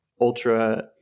ultra